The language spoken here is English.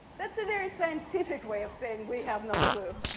that's a very scientific way of saying we have no clue.